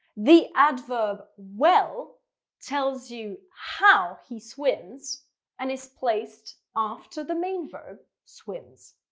the adverb well tells you how he swims and is placed after the main verb swims.